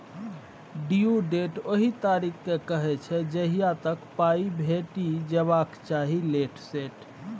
due date ओहि तारीख केँ कहय छै जहिया तक पाइ भेटि जेबाक चाही लेट सेट